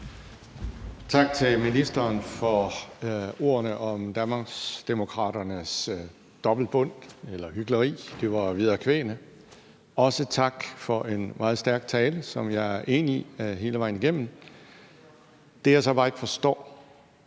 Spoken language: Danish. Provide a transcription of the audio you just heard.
Tak til ministeren for ordene om Danmarksdemokraternes dobbeltbund eller hykleri. Det var jo vederkvægende, og også tak for en meget stærk tale, som jeg hele vejen igennem er enig i. Det, jeg så bare ikke forstår,